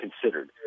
considered